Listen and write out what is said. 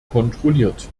kontrolliert